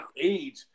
age